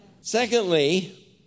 secondly